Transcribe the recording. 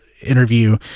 interview